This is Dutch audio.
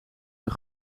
een